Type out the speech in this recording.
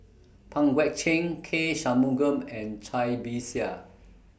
Pang Guek Cheng K Shanmugam and Cai Bixia